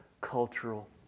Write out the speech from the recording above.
cultural